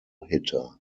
hitter